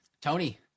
Tony